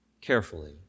carefully